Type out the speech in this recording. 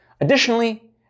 Additionally